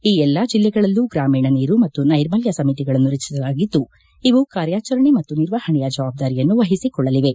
ಈ ಎಲ್ಲಾ ಜಲ್ಲೆಗಳಲ್ಲೂ ಗ್ರಾಮೀಣ ನೀರು ಮತ್ತು ನೈರ್ಮಲ್ತ ಸಮಿತಿಗಳನ್ನು ರಚಿಸಲಾಗಿದ್ದು ಇವು ಕಾರ್ಯಾಚರಣೆ ಮತ್ತು ನಿರ್ವಹಣೆಯ ಜವಾಬ್ದಾರಿಯನ್ನು ವಹಿಸಿಕೊಳ್ಳಲಿವೆ